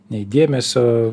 nei dėmesio